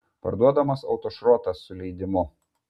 parduodamas autošrotas su leidimu